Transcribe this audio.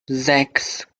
sechs